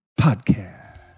Podcast